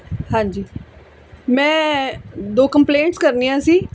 ਹਾਂਜੀ ਮੈਂ ਦੋ ਕੰਪਲੇਂਟਸ ਕਰਨੀਆਂ ਸੀ